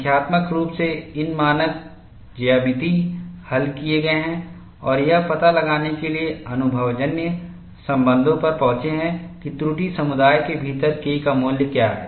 संख्यात्मक रूप से इन मानक ज्यामितीय हल किए गए हैं और यह पता लगाने के लिए अनुभवजन्य संबंधों पर पहुंचे हैं कि त्रुटि समुदाय के भीतर K का मूल्य क्या है